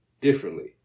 differently